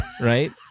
right